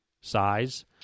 size